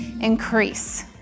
increase